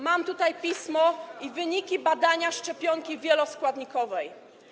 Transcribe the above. Mam tutaj pismo i wyniki badania szczepionki wieloskładnikowej.